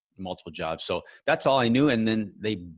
multiple jobs. so that's all i knew. and then they